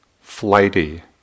flighty